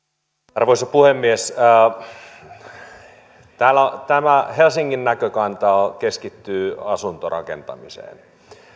arvoisa puhemies tämä helsingin näkökanta keskittyy asuntorakentamiseen